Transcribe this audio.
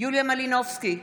יוליה מלינובסקי,